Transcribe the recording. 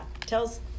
tells